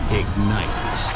ignites